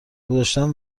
گذاشتن